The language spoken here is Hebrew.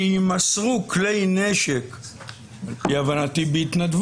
שיימסרו כלי נשק בהתנדבות,